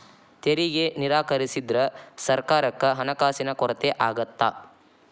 ತೆರಿಗೆ ನಿರಾಕರಿಸಿದ್ರ ಸರ್ಕಾರಕ್ಕ ಹಣಕಾಸಿನ ಕೊರತೆ ಆಗತ್ತಾ